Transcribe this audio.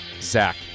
Zach